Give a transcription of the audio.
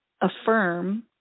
affirm